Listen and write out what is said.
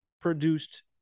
produced